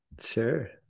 Sure